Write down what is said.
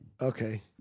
Okay